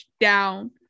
down